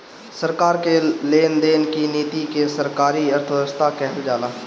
सरकार कअ लेन देन की नीति के सरकारी अर्थव्यवस्था कहल जाला